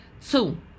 Two